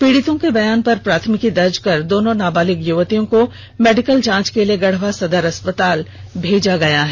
पीड़िताओं के बयान पर प्राथमिकी दर्ज कर दोनों नाबालिग युवतियों को मेडिकल जांच के लिये गढ़वा सदर अस्पताल भेजा गया है